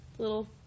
little